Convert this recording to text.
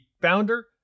founder